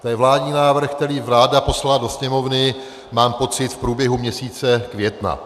To je vládní návrh, který vláda poslala do Sněmovny, mám pocit, v průběhu měsíce května.